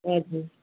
हजुर